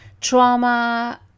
trauma